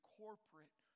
corporate